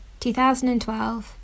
2012